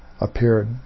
appeared